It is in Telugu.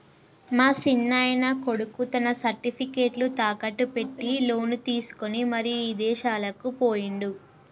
మా సిన్నాయన కొడుకు తన సర్టిఫికేట్లు తాకట్టు పెట్టి లోను తీసుకొని మరి ఇదేశాలకు పోయిండు